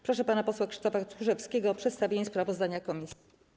Proszę pana posła Krzysztofa Tchórzewskiego o przedstawienie sprawozdania komisji.